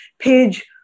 page